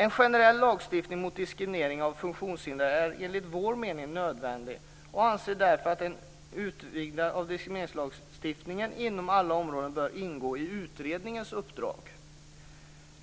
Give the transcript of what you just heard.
En generell lagstiftning mot diskriminering av funktionshindrade är enligt vår mening nödvändig. Vi anser därför att en utvidgning av diskrimineringslagstiftningen inom alla områden bör ingå i utredningens uppdrag.